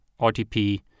RTP